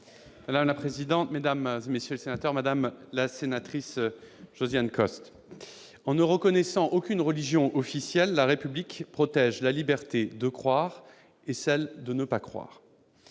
Madame la présidente, mesdames, messieurs les sénateurs, madame Costes, en ne reconnaissant aucune religion officielle, la République protège la liberté de croire et celle de ne pas croire.